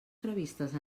previstes